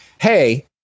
Hey